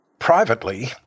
Privately